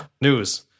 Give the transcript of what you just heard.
News